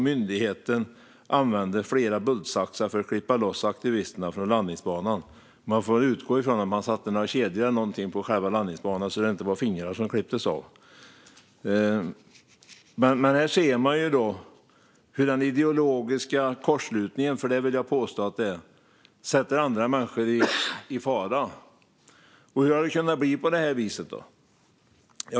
Myndigheten använde flera bultsaxar för att klippa loss aktivisterna från landningsbanan. Vi får väl utgå från att man satt i kedjor eller någonting på själva landningsbanan, så att det inte var fingrar som klipptes av. Här ser vi hur en ideologisk kortslutning - för det vill jag påstå att det är - sätter andra människor i fara. Hur har det kunnat bli på det här viset?